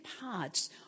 parts